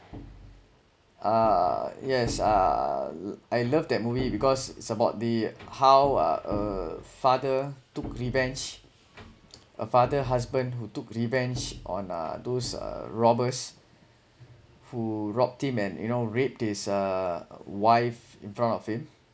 uh yes uh I love that movie because it's about the how uh uh father took revenge a father husband who took revenge on uh those uh robbers who robbed him and you know raped his uh wife in front of him